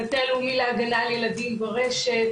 מטה לאומי להגנה על ילדים ברשת,